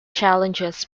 challenges